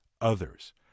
others